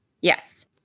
Yes